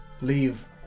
leave